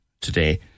today